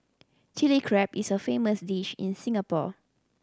Chilli Crab is a famous dish in Singapore